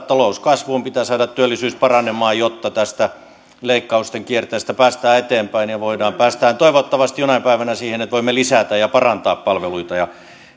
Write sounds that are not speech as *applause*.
*unintelligible* talous kasvuun pitää saada työllisyys paranemaan jotta tästä leikkausten kierteestä päästään eteenpäin ja voidaan päästä toivottavasti jonain päivänä siihen että voimme lisätä ja parantaa palveluita ja